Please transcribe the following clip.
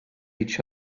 each